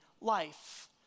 life